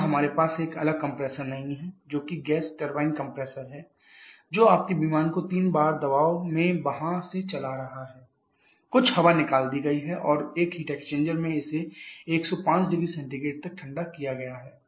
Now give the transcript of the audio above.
यहां हमारे पास एक अलग कंप्रेसर नहीं है जो कि गैस टरबाइन कंप्रेसर है जो आपके विमान को 3 बार दबाव में वहां से चला रहा है कुछ हवा निकाल दी गई है और एक हीट एक्सचेंजर में इसे 1050C तक ठंडा किया गया है